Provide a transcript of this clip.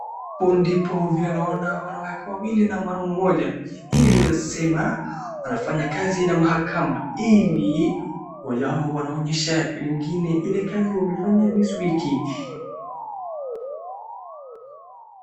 Huu ndipo vile naona wanawake wawili na mwanaume mmoja ili tunasema wanafanya kazi na mahakama ili mmoja wao wanaonyesha wengine ile kazi wamefanya this week .